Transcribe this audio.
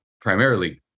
primarily